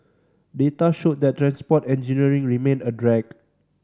data showed that transport engineering remained a drag